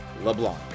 LeBlanc